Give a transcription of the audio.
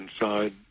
inside